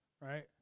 right